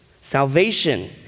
Salvation